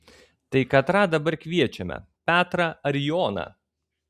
tai katrą dabar kviečiame petrą ar joną